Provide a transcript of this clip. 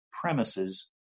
premises